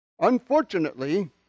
Unfortunately